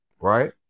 Right